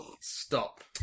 Stop